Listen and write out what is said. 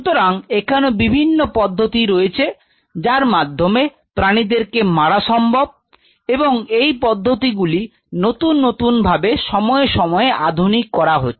সুতরাং এখানে বিভিন্ন পদ্ধতি রয়েছে যার মাধ্যমে প্রাণীদেরকে মারা সম্ভব এবং এই পদ্ধতি গুলি নতুন নতুন ভাবে সময়ে সময়ে আধুনিক করা হচ্ছে